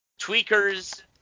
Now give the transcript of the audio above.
tweakers